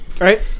right